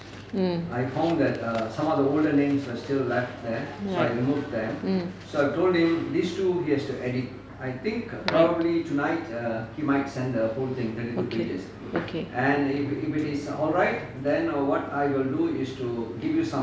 mm right mm right okay okay